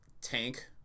Tank